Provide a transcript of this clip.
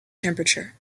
temperature